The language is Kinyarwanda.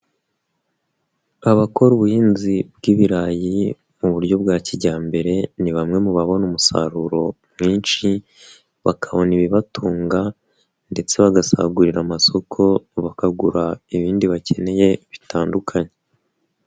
Abakora ubuhinzi bw'ibirayi mu buryo bwa kijyambere ni bamwe mu babona umusaruro mwinshi, bakabona ibibatunga ndetse bagasagurira amasoko bakagura ibindi bakeneye bitandukanye.